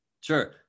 Sure